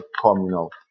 communal